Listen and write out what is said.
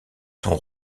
sont